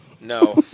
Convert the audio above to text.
No